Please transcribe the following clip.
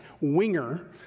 Winger